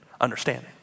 understanding